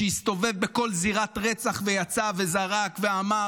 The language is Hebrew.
הוא הסתובב בכל זירת רצח ויצא וזרק ואמר